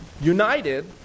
united